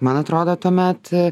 man atrodo tuomet